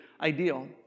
ideal